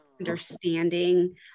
understanding